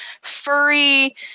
furry